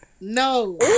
No